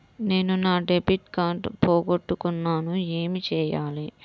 నేను నా debit card పోగొట్టుకున్నాను ఏమి చేయాలి?